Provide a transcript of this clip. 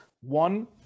One